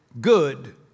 good